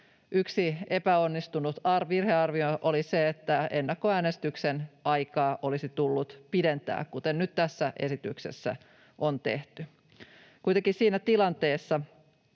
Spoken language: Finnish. Yksi epäonnistunut arvio oli siinä, että ennakkoäänestyksen aikaa olisi tullut pidentää, kuten nyt tässä esityksessä on tehty. Kuitenkin siinä tilanteessa,